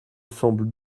semble